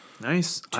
Nice